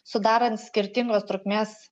sudarant skirtingos trukmės